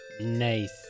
Nice